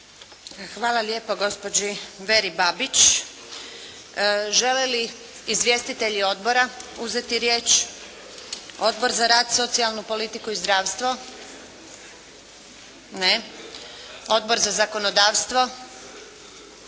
Hvala lijepa gospođi Veri Babić. Žele li izvjestitelji Odbora uzeti riječ? Odbor za rad, socijalnu politiku i zdravstvo? Ne. Odbor za zakonodavstvo? Ne.